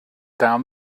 down